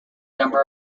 number